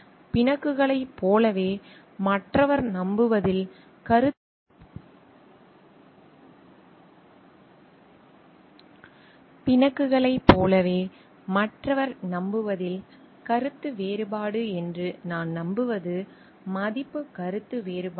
பிணக்குகளைப் போலவே மற்றவர் நம்புவதில் கருத்து வேறுபாடு என்று நான் நம்புவது மதிப்புக் கருத்து வேறுபாடுகள்